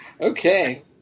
okay